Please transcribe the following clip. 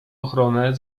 ochronę